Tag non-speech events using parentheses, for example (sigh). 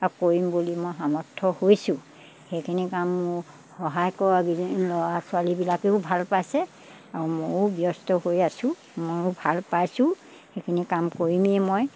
আৰু কৰিম বুলি মই সামৰ্থ হৈছোঁ সেইখিনি কাম মোৰ সহায় কৰা (unintelligible) ল'ৰা ছোৱালীবিলাকেও ভাল পাইছে আৰু ময়ো ব্যস্ত হৈ আছো ময়ো ভাল পাইছোঁ সেইখিনি কাম কৰিমেই মই